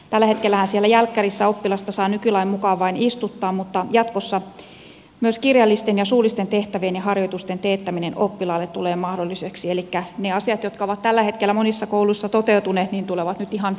tällä hetkellähän siellä jälkkärissä oppilasta saa nykylain mukaan vain istuttaa mutta jatkossa myös kirjallisten ja suullisten tehtävien ja harjoitusten teettäminen oppilaalle tulee mahdolliseksi elikkä ne asiat jotka ovat tällä hetkellä monissa kouluissa toteutuneet tulevat nyt ihan lainmukaisiksi